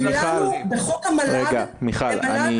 מיכל,